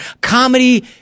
Comedy